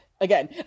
again